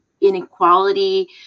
inequality